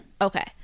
Okay